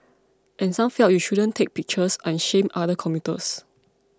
and some felt you shouldn't take pictures and shame other commuters